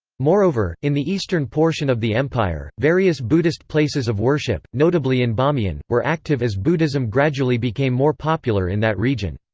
moreover, in the eastern portion of the empire, various buddhist places of worship, notably in bamiyan, were active as buddhism gradually became more popular in that region.